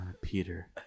Peter